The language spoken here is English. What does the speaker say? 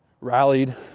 rallied